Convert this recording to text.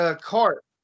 cart